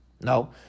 No